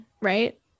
right